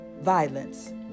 violence